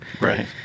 Right